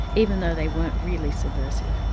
even though they weren't really subversive.